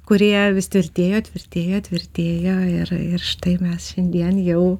kurie vis tvirtėjo tvirtėjo tvirtėjo ir ir štai mes šiandien jau